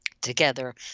together